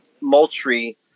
Moultrie